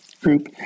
group